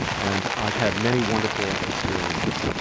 and i've had many wonderful experiences.